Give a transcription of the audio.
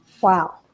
Wow